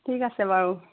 ঠিক আছে বাৰু